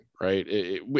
right